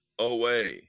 away